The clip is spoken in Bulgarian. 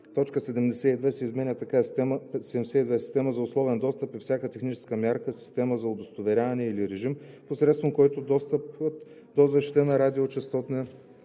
Точка 72 се изменя така: „72. „Система за условен достъп“ е всяка техническа мярка, система за удостоверяване или режим, посредством които достъпът до защитена радио-